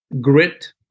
grit